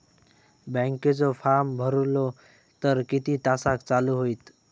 बँकेचो फार्म भरलो तर किती तासाक चालू होईत?